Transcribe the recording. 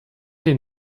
den